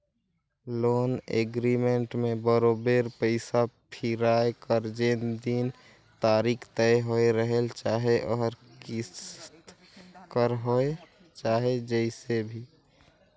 loan agreement में बरोबेर पइसा फिराए कर जेन दिन तारीख तय होए रहेल चाहे ओहर किस्त कर होए चाहे जइसे भी